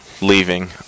leaving